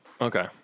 Okay